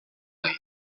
ait